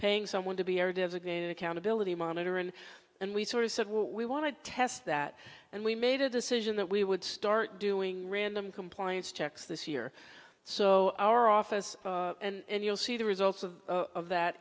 paying someone to be our designated accountability monitor and and we sort of said well we want to test that and we made a decision that we would start doing random compliance checks this year so our office and you'll see the results of that